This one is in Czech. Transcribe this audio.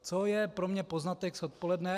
Co je pro mě poznatek z odpoledne?